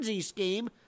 scheme